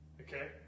Okay